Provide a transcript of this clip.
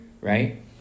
right